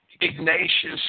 Ignatius